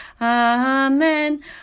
amen